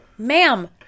Ma'am